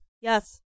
Yes